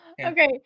Okay